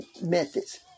methods